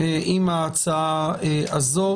עם ההצעה הזאת.